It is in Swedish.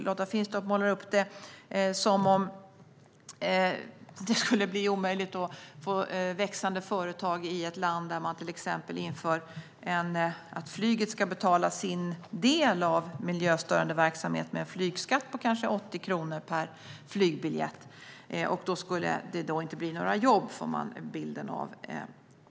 Lotta Finstorp målar upp det som om det skulle bli omöjligt att få växande företag i ett land där man till exempel inför att flyget ska betala sin del av miljöstörande verksamhet med en flygskatt på kanske 80 kronor per flygbiljett. Då skulle det inte bli några jobb, får man bilden av.